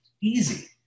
easy